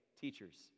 teachers